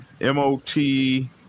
M-O-T